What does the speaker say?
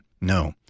No